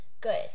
good